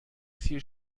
سیر